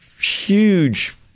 huge